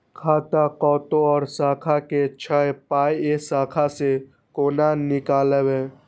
खाता कतौ और शाखा के छै पाय ऐ शाखा से कोना नीकालबै?